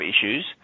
issues